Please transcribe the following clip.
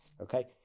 okay